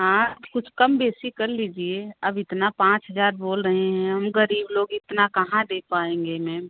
हाँ कुछ कम बेसी कर लीजिए अब इतना पाँच हजार बोल रहे हैं हम गरीब लोग इतना कहाँ दे पाएँगे मैम